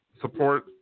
support